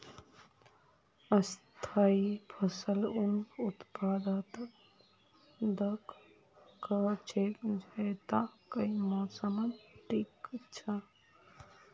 स्थाई फसल उन उत्पादकक कह छेक जैता कई मौसमत टिक छ